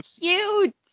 cute